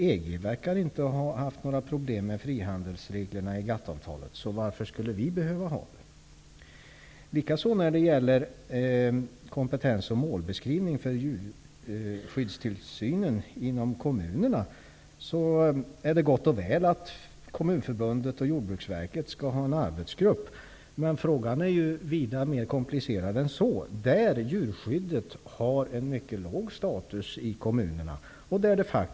EG verkar inte ha haft några problem med frihandelsreglerna i GATT-avtalet, så varför skulle vi behöva ha det? Det är gott och väl att Kommunförbundet och Jordbruksverket har en arbetsgrupp som arbetar med kompetens och målbeskrivning för djurskyddstillsynen inom kommunerna. Men frågan är vida mer komplicerad än så. Djurskyddet har en mycket låg status i kommunerna.